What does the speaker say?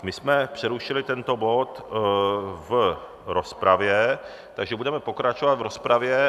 My jsme přerušili tento bod v rozpravě, takže budeme pokračovat v rozpravě.